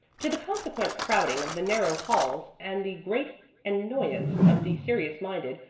to the consequent crowding of the narrow halls and the great annoyance of the serious-minded,